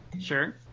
Sure